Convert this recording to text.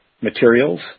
materials